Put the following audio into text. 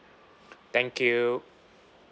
thank you